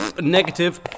Negative